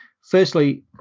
firstly